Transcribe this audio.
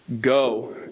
Go